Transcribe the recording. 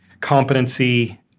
competency